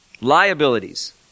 Liabilities